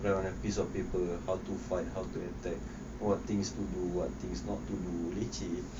dram on a piece of paper on how to fight how to attack what things to do what things not to do leceh